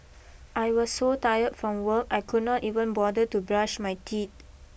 I was so tired from work I could not even bother to brush my teeth